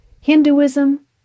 Hinduism